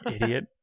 idiot